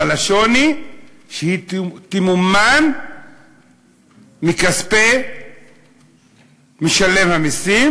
אבל השוני שהיא תמומן מכספי משלם המסים.